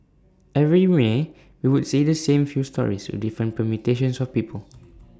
every may we would see the same few stories with different permutations of people